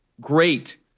great